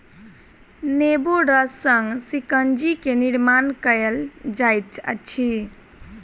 नेबो रस सॅ शिकंजी के निर्माण कयल जाइत अछि